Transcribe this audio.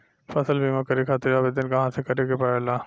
फसल बीमा करे खातिर आवेदन कहाँसे करे के पड़ेला?